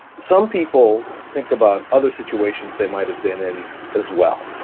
some people think about other situations they might have been in as well.